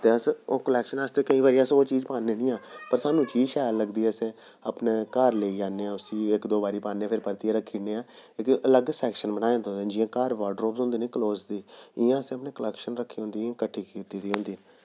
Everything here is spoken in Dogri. ते अस ओह् कलेक्शन आस्तै केईं बारी ओह् चीज़ पाने निं हैन पर सानूं चीज़ शैल लगदी अस अपने घर लेई जन्ने उसी इक दो बार पाने फिर परतियै रक्खी नै आं इक अलग सेक्शन बनाये दा होंदा जि'यां घर वार्डरोब्स होंदे न क्लोथ दे इ'यां असें अपनी कलेक्शन रक्खी दी होंदी कट्ठी कीती दी होंदी